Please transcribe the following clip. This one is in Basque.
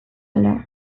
ala